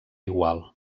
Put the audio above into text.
igual